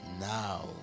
now